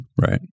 Right